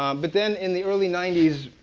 um but then, in the early ninety s,